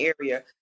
area